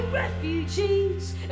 Refugees